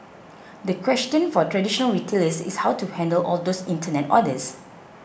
the question for traditional retailers is how to handle all those internet orders